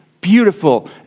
beautiful